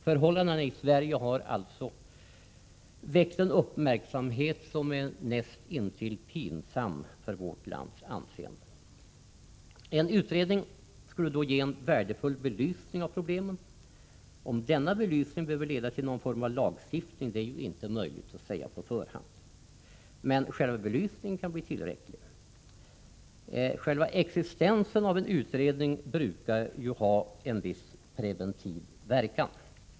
Förhållandena i Sverige har alltså väckt en uppmärksamhet som är näst intill pinsam för vårt lands anseende. En utredning skulle ge en värdefull belysning av problemen. Huruvida denna belysning behöver leda till någon form av lagstiftning är inte möjligt att säga på förhand. Men enbart belysningen kan visa sig bli tillräcklig, eftersom själva existensen av en utredning brukar ha en viss preventiv verkan.